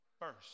first